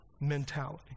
mentality